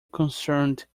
concerned